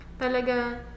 talaga